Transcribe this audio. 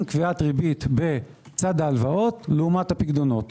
קביעת ריבית בצד ההלוואות לעומת הפיקדונות.